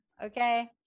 Okay